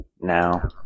now